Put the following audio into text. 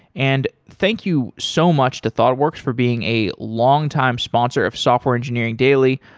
and thank you so much to thoughtworks for being a longtime sponsor of software engineering daily.